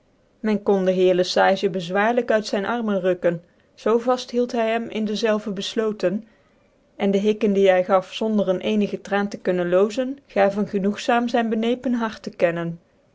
men koft dc heer le sage bezwaarlijk uit zyn armen rukken zoo vaft hield hy hem in dezelve bcfloten en dc hikken die hy gaf zonder een ecnigc traan te kunnen loozen gaven genoegzaam zyn benepen hart te kennen